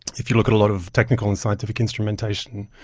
if you look at a lot of technical and scientific instrumentation,